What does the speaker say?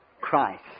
Christ